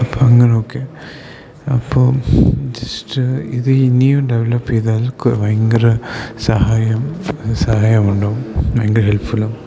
അപ്പം അങ്ങനൊക്കെ അപ്പോൾ ജസ്റ്റ് ഇത് ഇനിയും ഡെവലപ്പ് ചെയ്താൽ ഭയങ്കര സഹായം സഹായം ഉണ്ടാവും ഭയങ്കര ഹെൽഫുള്ള് ആവും